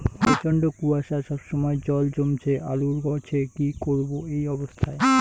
প্রচন্ড কুয়াশা সবসময় জল জমছে আলুর গাছে কি করব এই অবস্থায়?